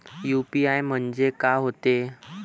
UPI म्हणजे का होते?